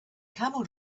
camel